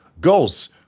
goals